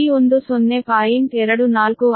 ಆದ್ದರಿಂದ Xg1 0